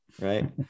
Right